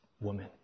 woman